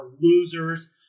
losers